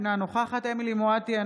אינה נוכחת אמילי חיה מואטי,